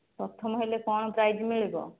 ପ୍ରଥମ ହେଲେ କ'ଣ ପ୍ରାଇଜ୍ ମିଳିବ